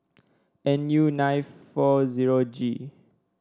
N U nine V zero G